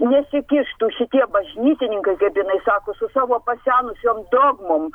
nesikištų šitie bažnytininkai kaip jinai sako su savo pasenusiom dogmom